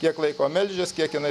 kiek laiko melžias kiek jinai